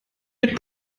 mit